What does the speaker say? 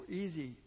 easy